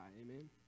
Amen